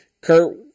Kurt